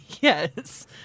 Yes